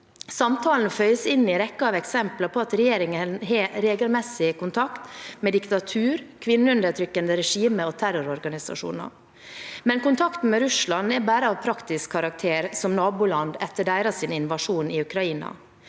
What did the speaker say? Samtalen føyer seg inn i rekken av eksempler på at regjeringen har regelmessig kontakt med diktaturer, kvinneundertrykkende regimer og terrororganisasjoner. Men kontakten med Russland er bare av praktisk karakter, som naboland, etter deres invasjon i Ukraina.